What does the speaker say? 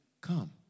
come